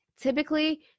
typically